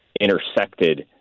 intersected